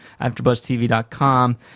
AfterBuzzTV.com